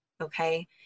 Okay